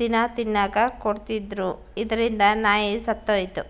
ದಿನ ತಿನ್ನಕ ಕೊಡ್ತಿದ್ರು, ಇದರಿಂದ ನಾಯಿ ಸತ್ತೊಯಿತು